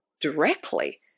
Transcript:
directly